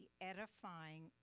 edifying